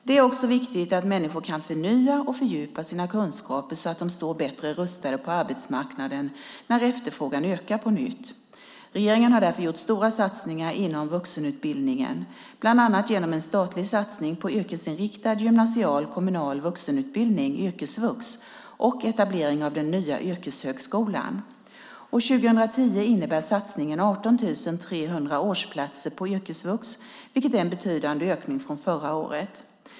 Det är också viktigt att människor kan förnya och fördjupa sina kunskaper så att de står bättre rustade på arbetsmarknaden när efterfrågan ökar på nytt. Regeringen har därför gjort stora satsningar inom vuxenutbildningen, bland annat genom en statlig satsning på yrkesinriktad gymnasial kommunal vuxenutbildning, yrkesvux, och etablering av den nya yrkeshögskolan. År 2010 innebär satsningen 18 300 årsplatser på yrkesvux, vilket är en betydande ökning från förra året.